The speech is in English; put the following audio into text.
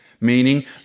meaning